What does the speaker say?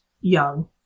young